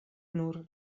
nur